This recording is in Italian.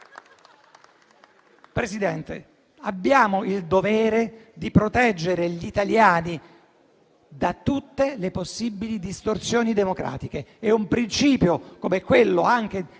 Presidente, abbiamo il dovere di proteggere gli italiani da tutte le possibili distorsioni democratiche. Un principio come quello di